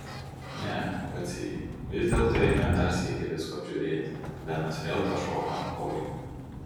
ne vacy vis dėlto eime dar sykį visko apžiūrėti benas vėl pašoko ant kojų